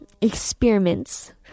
experiments